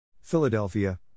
Philadelphia